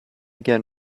again